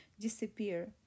disappear